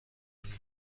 میگی